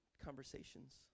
conversations